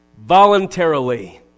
voluntarily